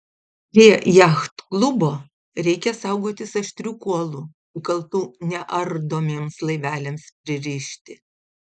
prie jachtklubo reikia saugotis aštrių kuolų įkaltų neardomiems laiveliams pririšti